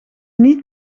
niet